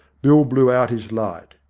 bill blew out his light.